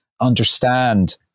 understand